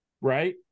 right